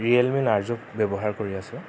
realme nine Narzo ব্যৱহাৰ কৰি আছোঁ